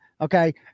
Okay